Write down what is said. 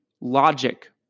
logic